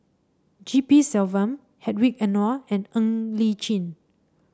G P Selvam Hedwig Anuar and Ng Li Chin